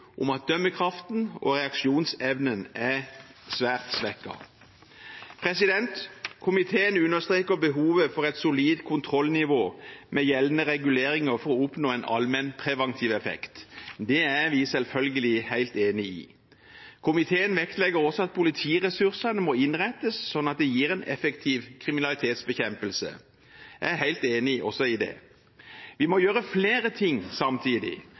om at dømmekraften og reaksjonsevnen er svært svekket. Komiteen understreker behovet for et solid kontrollnivå med gjeldende reguleringer for å oppnå en allmennpreventiv effektiv. Det er vi selvfølgelig helt enig i. Komiteen vektlegger også at politiressursene må innrettes sånn at det gir en effektiv kriminalitetsbekjempelse. Jeg er helt enig også i det. Vi må gjøre flere ting samtidig,